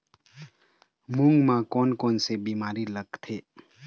मूंग म कोन कोन से बीमारी लगथे?